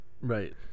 Right